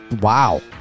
wow